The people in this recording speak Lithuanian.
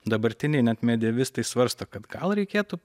dabartiniai net medievistai svarsto kad gal reikėtų